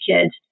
Kids